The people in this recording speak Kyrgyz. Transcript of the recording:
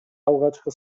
алгачкы